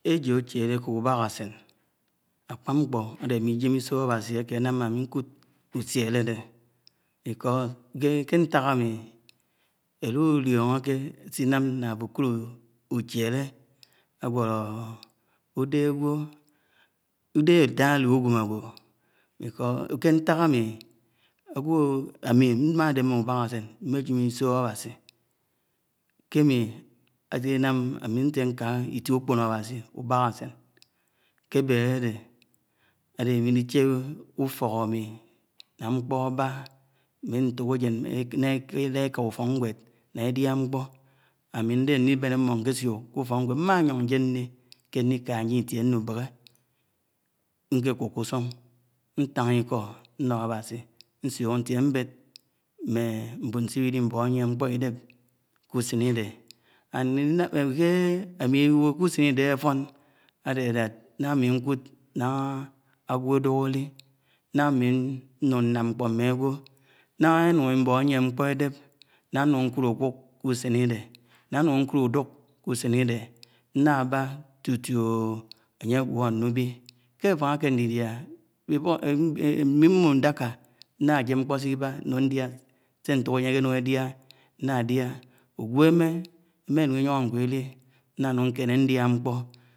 . èjo̱ áchelé ubakásen, akṕa ńkpọ áde ámi ijém iśo̱ Awaśi àke ánan̄a àmi ńkud usielé àde ké ǹtak àm, nḱude ućheḱ àwo̱lo̱ udèh agwo̱ udeh àtta àlu uǵwém àgwo̱ kè ntàk àmí àmì ḿma̱ déme ubakáse mmejem iśo̱ Aẃaśi ké mmi adinaḿ ámi nse nkà itie ùkpo̱no̱ Awasi ubakàseṉ kèbèh àde, àde am̃i nlichè ùfok ami la̱ ńkpo̱ aba, ḿme ńto̱k agen ǹna eda eka ufò̱nmed, ńa Edia ńkpo̱, ami nde áli be̱ń aḿmo̱ ńkésuo̱k kè ufo̱kńwéd. ḿmayo̱n ǹjen nli, kelikà njen itie ḿnubehei ñke kwòko̱ usun ntàn ikò ńno̱ Awaśi nśio̱k ńtie m̀bed mme m̀boń sè íwilì ḿbo̱ ke usen ide àfo̱n àde làd kè àmj kud na agwo̱ àduk à l i i ńah ami ńun ńam nkpo mme agino̱ ńah eńun èbọh ḿien nkpo èdep àmi ńkud akuk ke usen ide, ka na nkud nkud ke uson ide. Nnaba tutuu anye aguo nnvwi ke aton ake ndidia, ami mmo ndaka, nna jemnkpo siba rvn ndia, se ntok ejen ekelung edia, nnadia, ugweme emanun iyono nwed lli nnalung nkene ndia nkpo.